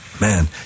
Man